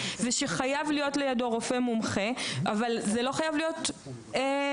שחייב להיות לידו רופא מומחה אבל זה לא יכול להיות יוסי,